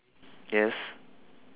yes